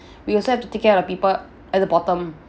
we also have to take care of the people at the bottom